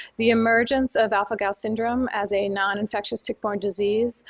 the emergence of alpha-gal syndrome as a noninfectious tick-borne disease